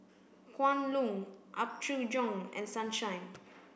Kwan Loong Apgujeong and Sunshine